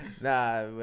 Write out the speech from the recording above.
Nah